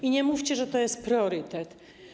I nie mówcie, że to jest priorytet.